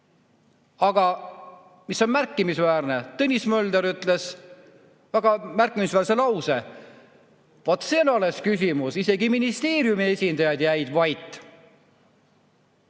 Aga mis on märkimisväärne? Tõnis Mölder ütles väga märkimisväärse lause: "Vaat see on alles küsimus, isegi ministeeriumi esindajad jäid vait."